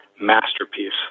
masterpiece